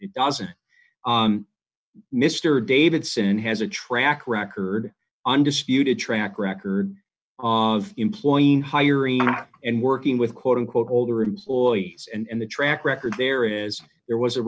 it doesn't mr davidson has a track record undisputed track record of employing hiring not and working with quote unquote older employees and the track record there is there was a